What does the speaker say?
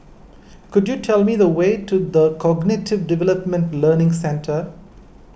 could you tell me the way to the Cognitive Development Learning Centre